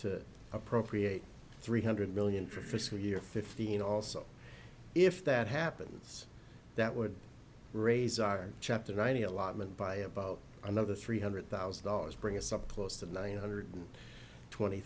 to appropriate three hundred million for fiscal year fifteen also if that happens that would raise our chapter ninety allotment by about another three hundred thousand dollars bring us up close to nine hundred twenty